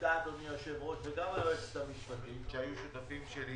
אזולאי ואתה אדוני היושב ראש וגם היועצת המשפטית שהיו שותפים שלי